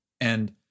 And-